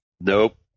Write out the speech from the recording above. nope